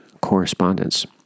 correspondence